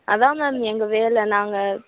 அதான் மேம் எங்கள் வேலை நாங்கள்